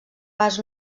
pas